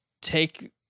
take